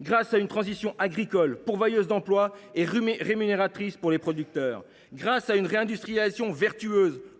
grâce à une transition agricole pourvoyeuse d’emplois et rémunératrice pour les producteurs ; grâce à une réindustrialisation vertueuse,